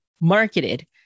Marketed